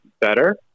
better